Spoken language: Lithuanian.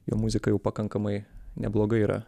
jo muzika jau pakankamai neblogai yra